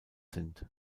sind